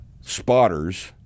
spotters